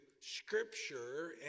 scripture